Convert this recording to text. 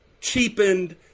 cheapened